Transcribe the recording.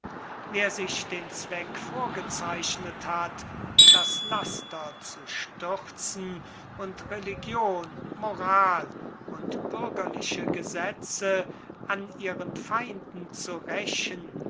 wer sich den zweck vorgezeichnet hat das laster zu stürzen und religion moral und bürgerliche gesetze an ihren feinden zu rächen